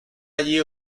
allí